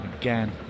Again